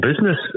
business